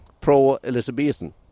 pro-Elizabethan